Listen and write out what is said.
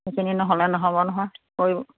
সেইখিনি নহ'লে নহ'ব নহয় কৰিব